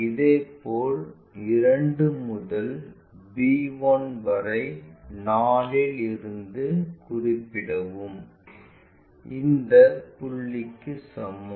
இதேபோல் 2 முதல் b 1 வரை 4 இல் இருந்து குறிப்பிடப்படும் இந்தப் புள்ளிக்கு சமம்